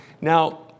Now